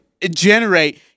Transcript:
generate